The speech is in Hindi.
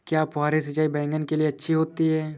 क्या फुहारी सिंचाई बैगन के लिए अच्छी होती है?